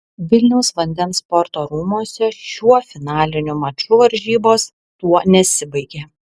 vilniaus vandens sporto rūmuose šiuo finaliniu maču varžybos tuo nesibaigė